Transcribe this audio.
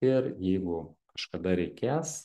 ir jeigu kažkada reikės